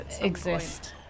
exist